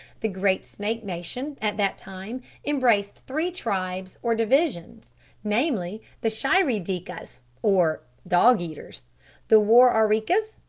the great snake nation at that time embraced three tribes or divisions namely, the shirry-dikas, or dog-eaters the war-are-ree-kas,